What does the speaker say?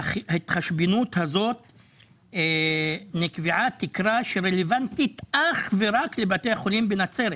בהתחשבנות הזאת נקבעה תקרה שהיא רלוונטית אך ורק לבתי החולים בנצרת.